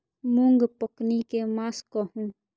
मूँग पकनी के मास कहू?